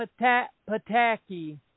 Pataki